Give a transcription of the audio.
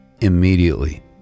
immediately